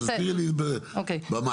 תסבירי לי במעשה.